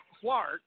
Clark